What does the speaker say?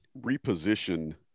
reposition